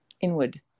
inward